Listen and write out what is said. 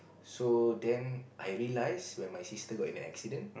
so then I realise when my sister got in an accident